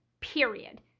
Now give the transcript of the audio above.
period